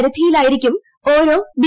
പരിധിയിലായിരിക്കും ഓരോ ബി